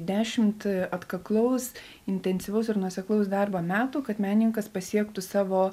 dešimt atkaklaus intensyvaus ir nuoseklaus darbo metų kad menininkas pasiektų savo